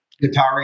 guitar